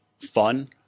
fun